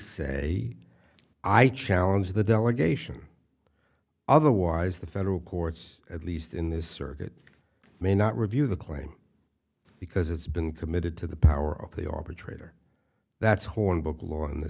say i challenge the delegation otherwise the federal courts at least in this circuit may not review the claim because it's been committed to the power of the arbitrator that's hornbook law in the